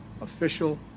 official